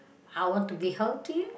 I want to be healthy